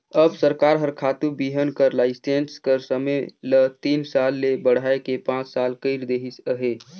अब सरकार हर खातू बीहन कर लाइसेंस कर समे ल तीन साल ले बढ़ाए के पाँच साल कइर देहिस अहे